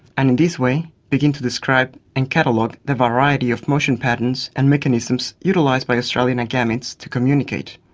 and in this way begin to describe and catalogue the variety of motion patterns and mechanisms utilised by australian agamids to communicate.